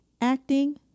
acting